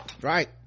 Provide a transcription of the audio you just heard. Right